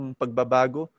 pagbabago